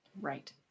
Right